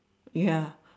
ya